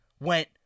went